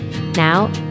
Now